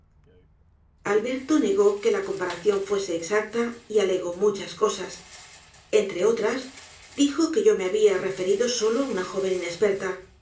alberto negó que la comparación fuese exacta y alegó muchas cosas entre otras dijo que yo me habia referido solo á una joven inesperta